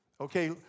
Okay